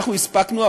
אנחנו הספקנו,